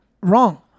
wrong